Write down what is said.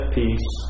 peace